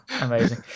amazing